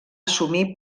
assumir